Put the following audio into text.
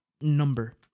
number